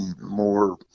more